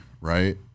right